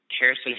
Harrison